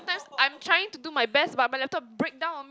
I'm trying to do my best but my laptop breakdown